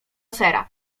sera